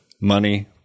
money